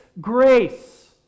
grace